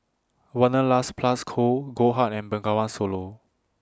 Wanderlust Plus Co Goldheart and Bengawan Solo